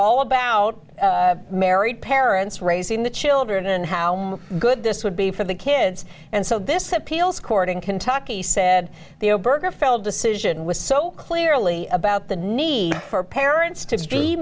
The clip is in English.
all about married parents raising the children and how good this would be for the kids and so this appeals court in kentucky said the o'berg felt decision was so clearly about the need for parents to be